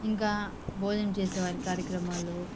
ఇంకా భోజనం చేసే వారి కార్యక్రమాలు